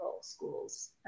schools